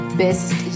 best